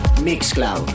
Mixcloud